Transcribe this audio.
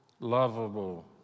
lovable